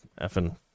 effing